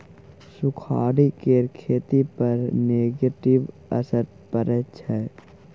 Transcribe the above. सुखाड़ि केर खेती पर नेगेटिव असर परय छै